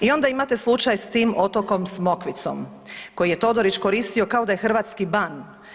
I onda imate slučaj s tim otokom Smokvicom koji je Todorić koristio kao da je hrvatski ban.